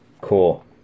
Cool